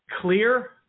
clear